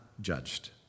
judged